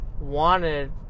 wanted